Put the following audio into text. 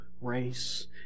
race